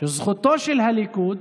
לזכותו של הליכוד,